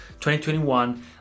2021